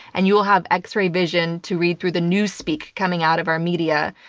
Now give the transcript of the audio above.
and you will have x-ray vision to read through the newspeak coming out of our media,